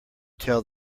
tell